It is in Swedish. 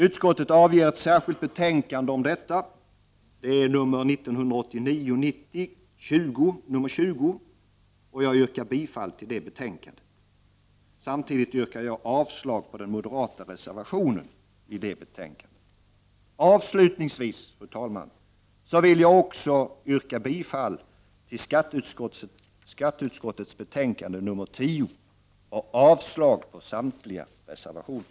Utskottet avger ett särskilt betänkande om detta — nr 1989/90:20 — och jag yrkar bifall till vad utskottet där har hemställt. Samtidigt yrkar jag avslag på den moderata reservationen till detta betänkande. Avslutningsvis, fru talman, vill jag också yrka bifall till skatteutskottets hemställan i betänkande 10 och avslag på samtliga reservationer.